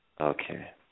Okay